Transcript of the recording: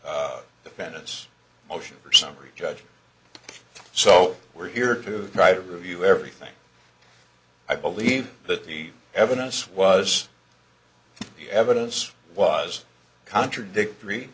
fenice motion for summary judgment so we're here to try to review everything i believe that the evidence was the evidence was contradictory